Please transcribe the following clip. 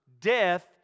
death